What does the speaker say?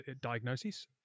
diagnosis